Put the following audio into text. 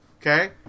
okay